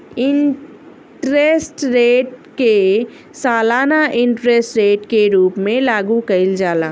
interest rate के सालाना interest rate के रूप में लागू कईल जाला